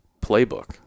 playbook